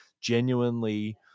genuinely